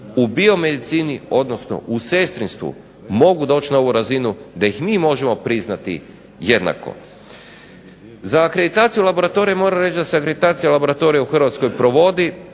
u biomedicini, odnosno u sestrinstvu, mogu doći na ovu razinu da ih mi možemo priznati jednako. Za akreditaciju laboratorija moram reći da se akreditacija laboratorija u Hrvatskoj provodi.